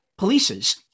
polices